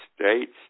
States